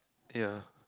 ya